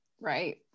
right